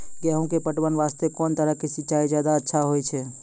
गेहूँ के पटवन वास्ते कोंन तरह के सिंचाई ज्यादा अच्छा होय छै?